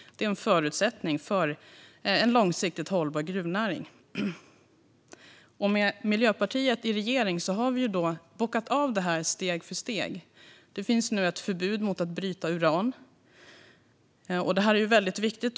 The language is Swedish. Det är en förutsättning för en långsiktigt hållbar gruvnäring. Med Miljöpartiet i regering har vi bockat av detta steg för steg. Det finns nu ett förbud mot att bryta uran, vilket är väldigt viktigt.